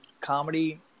comedy